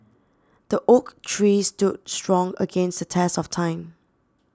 the oak tree stood strong against the test of time